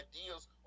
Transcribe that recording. ideas